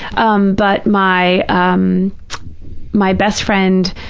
um but my um my best friend,